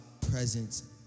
presence